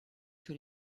que